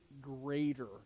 greater